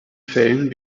fällen